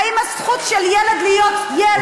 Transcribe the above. מה עם הזכות של ילד להיות ילד?